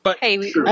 Hey